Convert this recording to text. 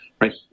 right